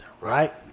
right